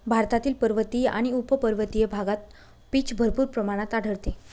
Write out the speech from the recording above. भारतातील पर्वतीय आणि उपपर्वतीय भागात पीच भरपूर प्रमाणात आढळते